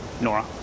Nora